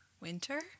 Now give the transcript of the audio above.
Winter